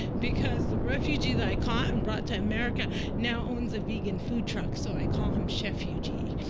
because the refugee that i caught and brought to america now owns a vegan food truck, so i call him chefugee.